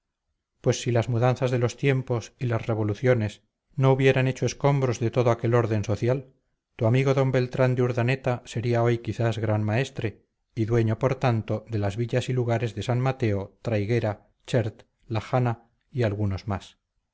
pues si las mudanzas de los tiempos y las revoluciones no hubieran hecho escombros de todo aquel orden social tu amigo d beltrán de urdaneta sería hoy quizás gran maestre y dueño por tanto de las villas y lugares de san mateo traiguera chert la jana y algunos más